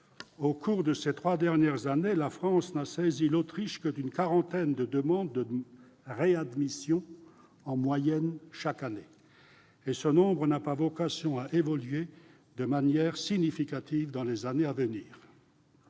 au cours des trois dernières années, la France n'a saisi l'Autriche que d'une quarantaine de demandes de réadmission en moyenne chaque année, et ce nombre n'a pas vocation à évoluer de manière significative dans les années à venir.